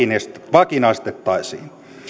vakinaistettaisiin